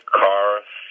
cars